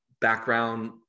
background